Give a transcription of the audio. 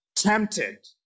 tempted